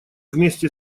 вместе